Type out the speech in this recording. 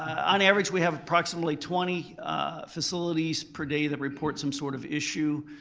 on average, we have approximately twenty facilities per day that report some sort of issue.